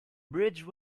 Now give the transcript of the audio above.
bridge